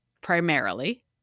primarily